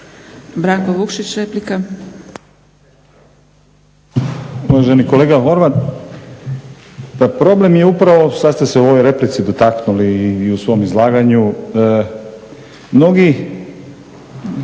Stranka rada)** Uvaženi kolega Horvat, pa problem je upravo sad ste se u ovoj replici dotaknuli i u svom izlaganju mnogi